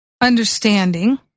understanding